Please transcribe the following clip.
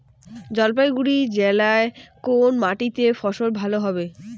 জলপাইগুড়ি জেলায় কোন মাটিতে ফসল ভালো হবে?